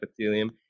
epithelium